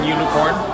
Unicorn